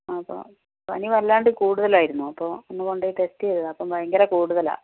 അപ്പോൾ പനി വല്ലാണ്ട് കൂടുതലായിരുന്നു അപ്പോൾ ഒന്നു കൊണ്ടുപോയി ടെസ്റ്റ് ചെയ്തതാ അപ്പോൾ ഭയങ്കര കൂടുതലാ